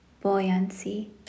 buoyancy